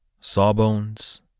Sawbones